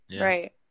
Right